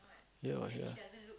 here or here